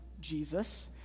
Jesus